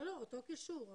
לא מחובר.